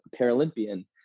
Paralympian